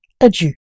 adieu